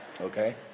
Okay